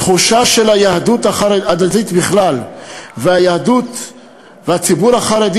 התחושה של היהדות הדתית בכלל ויהדות הציבור החרדי